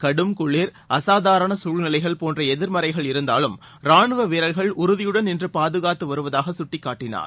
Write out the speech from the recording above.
கடும் குளிர் அசாதாரணசூழ்நிலைகள் டோன்றஎதிர்மறைகள் இருந்தாலும் ரானுவவீரர்கள் உறுதியுடன் நின்றுபாதுகாத்துவருவதாகசுட்டிக் காட்டினார்